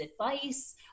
advice